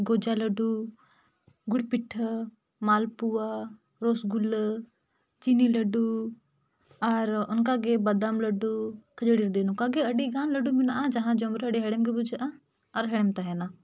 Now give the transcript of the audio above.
ᱜᱚᱡᱟ ᱞᱟᱹᱰᱩ ᱜᱩᱲ ᱯᱤᱴᱷᱟᱹ ᱢᱟᱞᱯᱩᱣᱟ ᱨᱚᱥᱜᱩᱞᱞᱟᱹ ᱪᱤᱱᱤ ᱞᱟᱹᱰᱩ ᱟᱨ ᱚᱱᱠᱟᱜᱮ ᱵᱟᱫᱟᱢ ᱞᱟᱹᱰᱩ ᱠᱷᱟᱹᱡᱟᱹᱲᱤ ᱱᱚᱝᱠᱟ ᱜᱮ ᱟᱹᱰᱤ ᱜᱟᱱ ᱞᱟᱹᱰᱩ ᱢᱮᱱᱟᱜᱼᱟ ᱡᱟᱦᱟᱸ ᱡᱚᱢ ᱨᱮ ᱟᱹᱰᱤ ᱦᱮᱲᱮᱢ ᱜᱮ ᱵᱩᱡᱷᱟᱹᱜᱼᱟ ᱟᱨ ᱦᱮᱲᱮᱢ ᱛᱟᱦᱮᱱᱟ